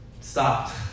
stopped